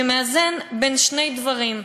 שמאזן בין שני דברים,